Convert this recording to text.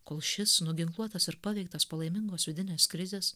kol šis nuginkluotas ir paveiktas palaimingos vidinės krizės